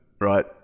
right